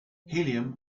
helium